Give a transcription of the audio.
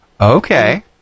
Okay